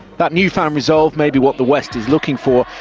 that newfound resolve may be what the west is looking for,